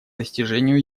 достижению